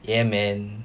ya man